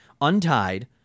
untied